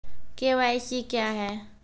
KYC क्या हैं?